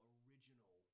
original